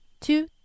two